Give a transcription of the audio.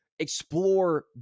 explore